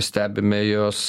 stebime jos